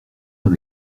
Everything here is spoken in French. dans